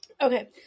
Okay